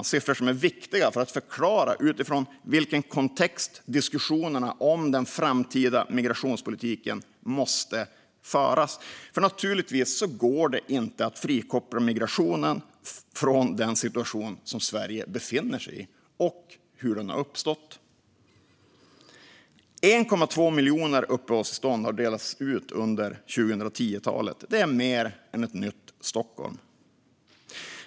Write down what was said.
Det är siffror som är viktiga för att förklara utifrån vilken kontext diskussionerna om den framtida migrationspolitiken måste föras, för det går naturligtvis inte att frikoppla migrationen från den situation som Sverige befinner sig i och hur den har uppstått. Fru talman! 1,2 miljoner uppehållstillstånd har delats ut under 2010-talet. Det är mer än ett nytt Stockholm.